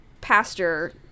pastor